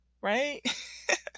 right